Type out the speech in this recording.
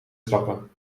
trappen